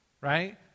right